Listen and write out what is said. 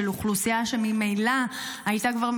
של אוכלוסייה שממילא הייתה כבר,